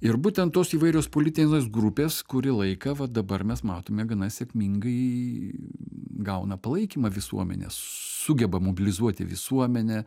ir būtent tos įvairios politinės grupės kurį laiką va dabar mes matome gana sėkmingai gauna palaikymą visuomenės sugeba mobilizuoti visuomenę